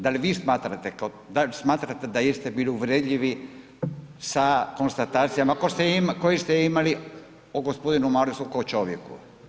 Da li vi smatrate, da li smatrate da jeste bili uvredljivi sa konstatacijama koje ste imali o g. Marasu kao čovjeku?